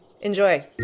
enjoy